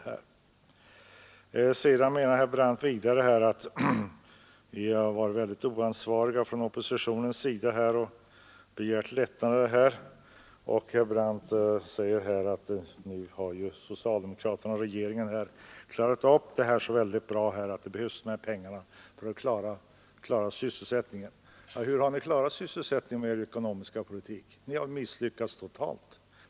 Herr Brandt hävdar också att vi har varit väldigt oansvariga från oppositionens sida när vi begärt lättnader. Herr Brandt säger att nu har ju socialdemokraterna och regeringen klarat upp detta så bra och anvisat var de pengar som man behöver för att klara sysselsättningen skall tas. Ja, hur har ni klarat sysselsättningen med er ekonomiska politik? Ni har misslyckats totalt.